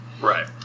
Right